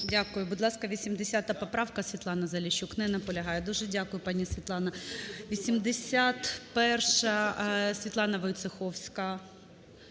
Дякую. Будь ласка, 80 поправка, Світлана Заліщук. Не наполягає. Дуже дякую, пані Світлана. 81-а, Світлана Войцеховська,